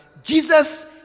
Jesus